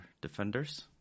Defenders